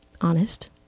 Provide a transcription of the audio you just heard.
honest